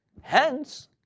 Hence